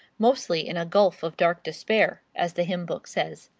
mostly in a gulf of dark despair as the hymn book says.